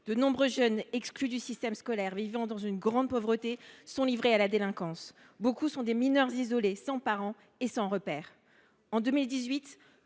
De nombreux jeunes, exclus du système scolaire et vivant dans une grande pauvreté, sont livrés à la délinquance. Beaucoup d’entre eux sont des mineurs isolés, sans parents ni repères. En 2018,